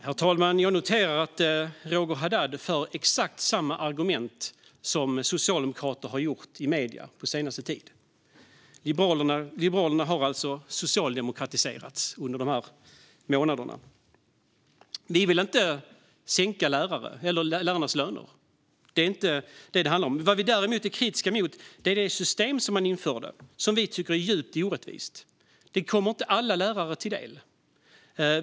Herr talman! Jag noterar att Roger Haddad för fram exakt samma argument som socialdemokrater har fört fram i medier på senaste tid. Liberalerna har alltså socialdemokratiserats under de här månaderna. Vi vill inte sänka lärarnas löner. Det är inte det som det handlar om. Vad vi däremot är kritiska mot är det system som man införde och som vi tycker är djupt orättvist. Det kommer inte alla lärare till del.